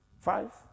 Five